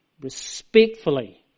respectfully